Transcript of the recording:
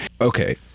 okay